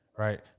Right